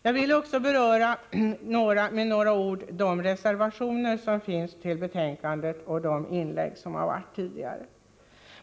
För det fjärde vill jag med några ord beröra de reservationer som finns fogade i betänkandet och de inlägg som gjorts tidigare.